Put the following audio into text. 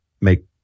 make